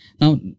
Now